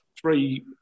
three